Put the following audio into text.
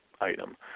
item